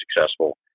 successful